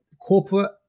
corporate